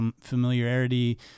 familiarity